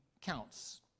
counts